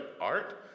art